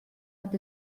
hat